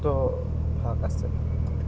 তো ভাগ আছে